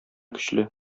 көчле